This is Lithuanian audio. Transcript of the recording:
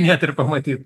net ir pamatyt